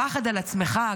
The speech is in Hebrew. הפחד על עצמך,